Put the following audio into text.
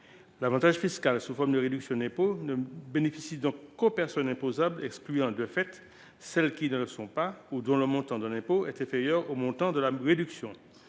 L’avantage fiscal sous forme de réduction d’impôt ne bénéficie donc qu’aux personnes imposables, excluant de fait celles qui ne le sont pas ou dont le montant de l’impôt est inférieur au montant de la réduction.